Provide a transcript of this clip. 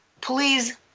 Please